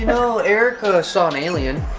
you know, eric saw an alien.